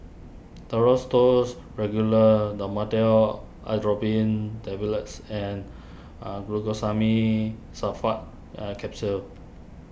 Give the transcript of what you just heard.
Duro's Tuss Regular Dhamotil Atropine Tablets and Glucosamine Sulfate Capsules